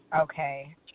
Okay